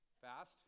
fast